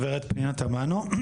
הגברת פנינה תמנו שטה,